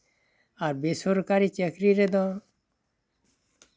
ᱟᱨ ᱵᱮᱼᱥᱚᱨᱠᱟᱨᱤ ᱪᱟᱠᱨᱤ ᱨᱮᱫᱚ